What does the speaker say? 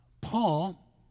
Paul